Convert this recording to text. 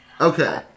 Okay